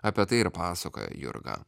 apie tai ir pasakoja jurga